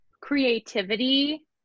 creativity